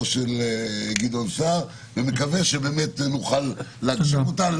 של גדעון סער ומקווה שבאמת נוכל הגשים אותה.